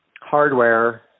hardware